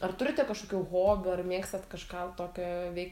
ar turite kažkokių hobių ar mėgstat kažką tokio veikt